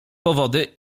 powody